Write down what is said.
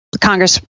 Congress